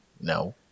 No